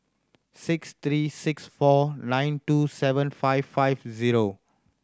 six three six four nine two seven five five zero